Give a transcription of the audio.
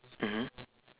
mmhmm